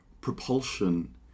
propulsion